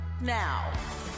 now